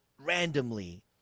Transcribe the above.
randomly